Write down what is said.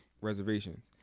reservations